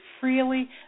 freely